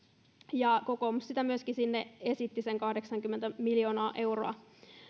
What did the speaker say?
ja kokoomus sitä myöskin esitti sinne sen kahdeksankymmentä miljoonaa euroa